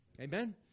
Amen